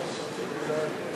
אסור את הכנסת